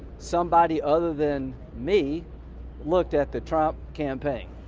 somebody other than me looked at the trump campaign.